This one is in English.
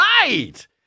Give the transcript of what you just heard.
right